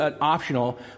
optional